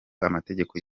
amategeko